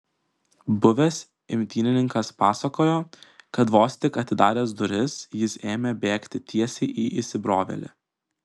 buvęs imtynininkas pasakojo kad vos tik atidaręs duris jis ėmė bėgti tiesiai į įsibrovėlį